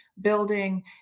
building